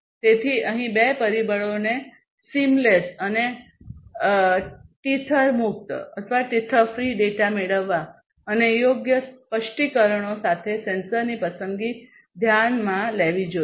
તેથી અહીં બે પરિબળોને સીમલેસ અને ટેથર મુક્ત ડેટા મેળવવા અને યોગ્ય સ્પષ્ટીકરણો સાથે સેન્સરની પસંદગી ધ્યાનમાં લેવી જોઈએ